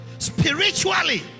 spiritually